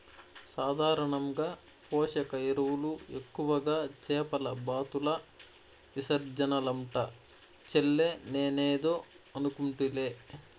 సాధారణంగా పోషక ఎరువులు ఎక్కువగా చేపల బాతుల విసర్జనలంట చెల్లే నేనేదో అనుకుంటిలే